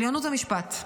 עליונות המשפט.